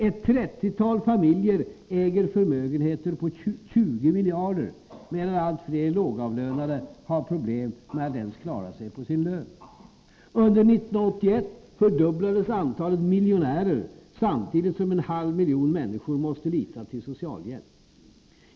Ett trettiotal familjer äger förmögenheter på 20 miljarder, medan allt fler lågavlönade har problem med att ens klara sig på sin lön. Under 1981 fördubblades antalet miljonärer, samtidigt som en halv miljon människor måste lita till socialhjälp.